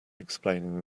explaining